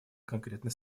конкретной